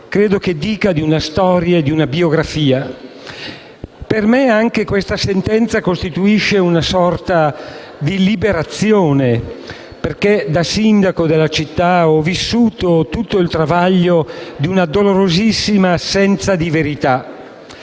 credo che dica di una storia e di una biografia. Per me anche questa sentenza costituisce una sorta di liberazione. Da sindaco della città ho vissuto tutto il travaglio di una dolorosissima assenza di verità